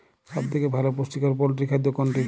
সব থেকে ভালো পুষ্টিকর পোল্ট্রী খাদ্য কোনটি?